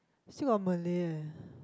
still got malay eh